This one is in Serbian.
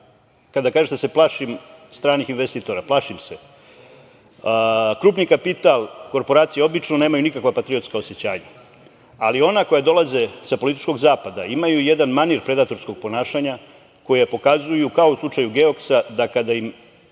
kada kažete da se plašim stranih investitora, plašim se. Krupni kapital, korporacije, obično nemaju nikakva patriotska osećanja, ali ona koja dolaze sa političkog zapada, imaju jedan manir predatorskog ponašanja, koje pokazuju kao u slučaju Geoksa, da kada im